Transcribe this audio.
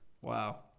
Wow